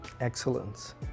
Excellence